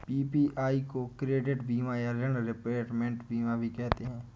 PPI को credit बीमा या ॠण रिपेयरमेंट बीमा भी कहते हैं